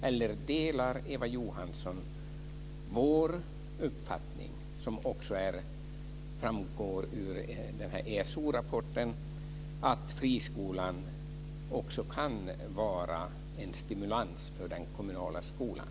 Eller delar Eva Johansson vår uppfattning, som också framgår av ESO-rapporten, att friskolan också kan vara en stimulans för den kommunala skolan?